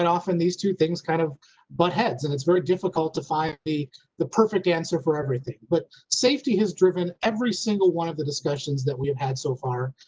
and often these two things kind of butt heads. and it's very difficult to find the perfect answer for everything. but safety has driven every single one of the discussions that we've had so far.